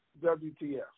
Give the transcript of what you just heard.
WTF